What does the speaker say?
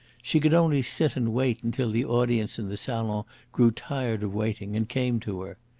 she could only sit and wait until the audience in the salon grew tired of waiting and came to her.